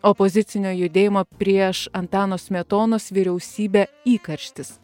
opozicinio judėjimo prieš antano smetonos vyriausybę įkarštis